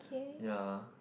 ya